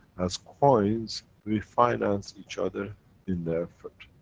as coins, we finance each other in the effort.